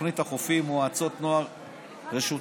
ותוכנית החופים, מועצות נוער רשותיות,